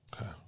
Okay